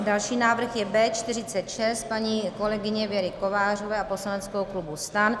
Další návrh je B46 paní kolegyně Věry Kovářové a poslaneckého klubu STAN.